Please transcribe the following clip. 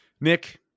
Nick